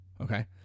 Okay